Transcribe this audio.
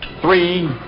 three